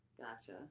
Gotcha